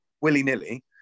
willy-nilly